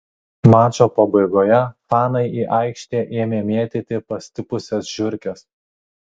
mačo pabaigoje fanai į aikštę ėmė mėtyti pastipusias žiurkes